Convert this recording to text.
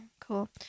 Cool